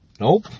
Nope